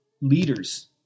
Leaders